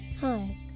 Hi